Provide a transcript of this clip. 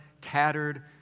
tattered